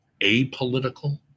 apolitical